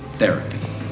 therapy